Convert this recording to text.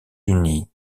unie